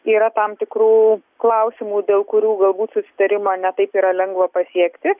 yra tam tikrų klausimų dėl kurių galbūt susitarimą ne taip yra lengva pasiekti